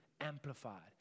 amplified